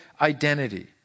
identity